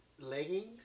leggings